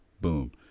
boom